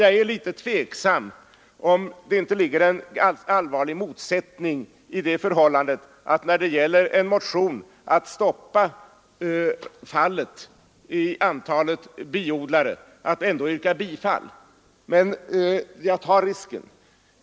Jag är litet tveksam om huruvida det' inte ligger en allvarlig motsättning i att yrka bifall till en motion som vill stoppa fallet i antalet bin, men jag tar den risken.